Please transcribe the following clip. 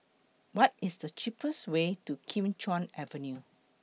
What IS The cheapest Way to Kim Chuan Avenue